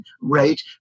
rate